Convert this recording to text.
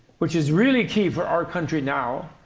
which is really key for our country now,